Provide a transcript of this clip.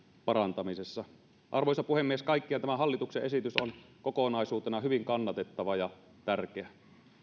parantamisessa arvoisa puhemies kaikkiaan tämä hallituksen esitys on kokonaisuutena hyvin kannatettava ja tärkeä